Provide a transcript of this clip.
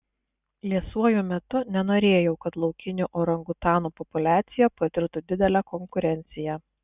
liesuoju metu nenorėjau kad laukinių orangutanų populiacija patirtų didelę konkurenciją